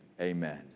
amen